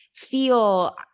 feel